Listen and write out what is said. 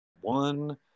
One